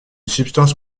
substance